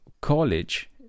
college